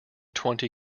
twenty